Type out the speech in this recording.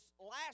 last